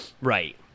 Right